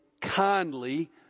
kindly